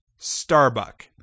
Starbuck